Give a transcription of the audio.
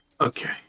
Okay